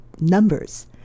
Numbers